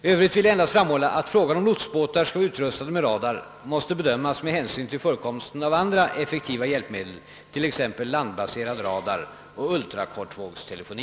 I övrigt vill jag endast framhålla att frågan om lotsbåtar skall vara utrustade med radar måste bedömas med hänsyn till förekomsten av andra effektiva hjälpmedel, t.ex. landbaserad radar och ultrakortvågstelefoni.